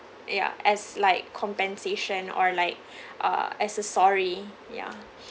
ya as like compensation or like uh as a sorry ya